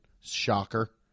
Shocker